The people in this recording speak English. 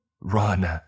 Run